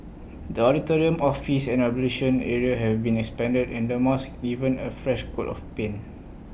the auditorium office and ablution area have been expanded and the mosque given A fresh coat of paint